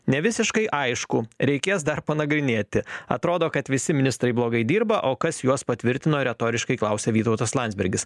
nevisiškai aišku reikės dar panagrinėti atrodo kad visi ministrai blogai dirba o kas juos patvirtino retoriškai klausia vytautas landsbergis